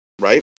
right